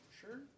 sure